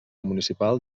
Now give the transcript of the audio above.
municipal